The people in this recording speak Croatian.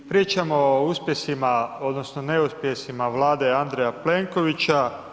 Pričamo o uspjesima, odnosno, neuspjesima vlade Andreja Plenkovića.